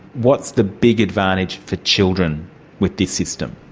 what's the big advantage for children with this system?